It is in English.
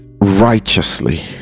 righteously